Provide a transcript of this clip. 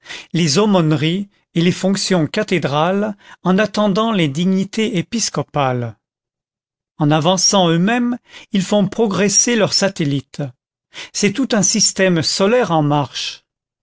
les aumôneries et les fonctions cathédrales en attendant les dignités épiscopales en avançant eux-mêmes ils font progresser leurs satellites c'est tout un système solaire en marche